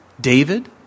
David